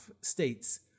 states